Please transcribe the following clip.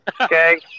okay